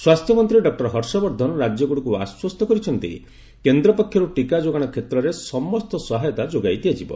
ସ୍ୱାସ୍ଥ୍ୟମନ୍ତ୍ରୀ ଡକ୍ଟର ହର୍ଷବର୍ଦ୍ଧନ ରାଜ୍ୟଗୁଡ଼ିକୁ ଆଶ୍ୱସ୍ତ କରିଛନ୍ତି କେନ୍ଦ୍ର ପକ୍ଷରୁ ଟୀକା ଯୋଗାଣ କ୍ଷେତ୍ରରେ ସମସ୍ତ ସହାୟତା ଯୋଗାଇ ଦିଆଯିବ